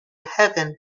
heaven